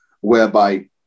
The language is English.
whereby